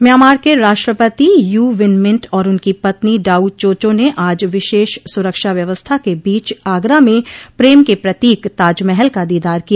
Myanmar के राष्ट्रपति U Win Myint और उनकी पत्नी डाउ चो चो ने आज विशेष सुरक्षा व्यवस्था के बीच आगरा में प्रेम के प्रतीक ताजमहल का दीदार किया